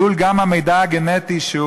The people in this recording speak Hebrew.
עלול גם המידע הגנטי,